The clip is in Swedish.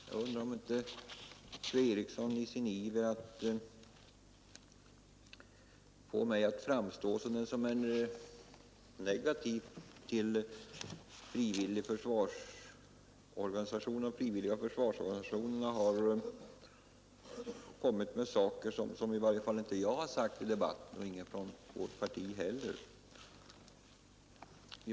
Jag undrar om inte fru Eriksson i sin iver att framställa mig som negativ till de frivilliga försvarsorganisationerna lagt yttranden i min mun som i varje fall inte jag fällt i debatten och ingen annan från vårt parti heller.